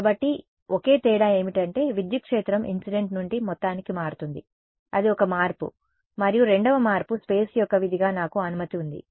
కాబట్టి ఒకే తేడా ఏమిటంటే విద్యుత్ క్షేత్రం ఇన్సిడెంట్ నుండి మొత్తానికి మారుతుంది అది ఒక మార్పు మరియు రెండవ మార్పు స్పేస్ యొక్క విధిగా నాకు అనుమతి ఉంది